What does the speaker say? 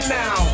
now